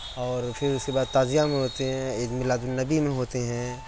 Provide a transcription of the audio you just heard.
اور پھر اس کے بعد تعزیہ میں ہوتے ہیں عید میلاد النبی میں ہوتے ہیں